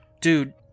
Dude